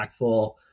impactful